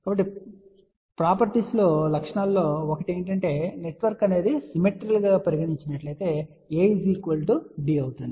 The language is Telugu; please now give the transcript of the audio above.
కాబట్టి ప్రాపర్టీస్ లో ఒకటి ఏమిటంటే నెట్వర్క్ సిమెట్రికల్ గా పరిగణిస్తే A D అవుతుంది